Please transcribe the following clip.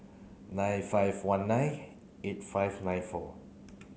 nine five one nine eight five nine four